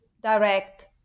direct